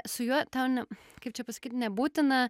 su juo tau ne kaip čia pasakyt nebūtina